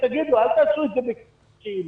תגידו, אל תעשו את זה בכאילו.